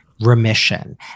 remission